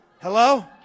Hello